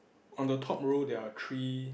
on the top row there are three